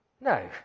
no